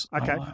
Okay